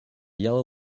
yellow